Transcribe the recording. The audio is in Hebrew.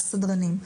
הסדרנים.